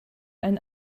ein